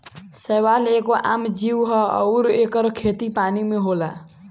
शैवाल एगो आम जीव ह अउर एकर खेती पानी में होला